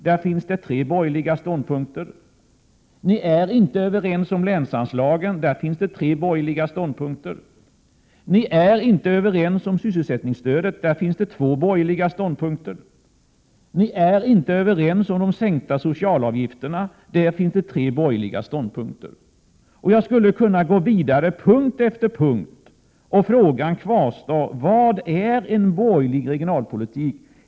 Där finns tre borgerliga ståndpunkter. Ni är inte överens om länsanslagen. Där finns tre borgerliga ståndpunkter. Ni är inte överens om sysselsättningsstödet. Där finns två borgerliga ståndpunkter. Ni är inte överens om en sänkning av socialavgifterna. Där finns tre borgerliga ståndpunkter. Jag skulle kunna gå vidare på punkt efter punkt, och frågan kvarstår: Vad är en borgerlig regionalpolitik?